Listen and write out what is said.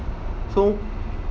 so